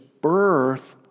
birth